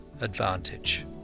advantage